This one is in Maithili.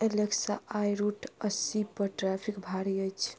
एलेक्सा आइ रूट अस्सीपर ट्रैफिक भारी अछि